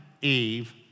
Eve